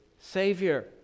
Savior